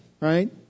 right